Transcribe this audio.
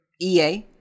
EA